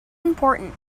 important